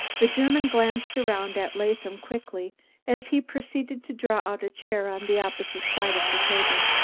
the german glanced around at latham quickly as he proceeded to draw out a chair on the opposite side of the table.